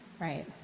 right